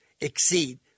exceed